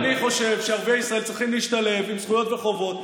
ואני חושב שערביי ישראל צריכים להשתלב עם זכויות וחובות,